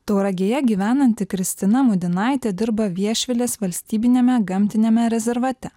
tauragėje gyvenanti kristina mudinaitė dirba viešvilės valstybiniame gamtiniame rezervate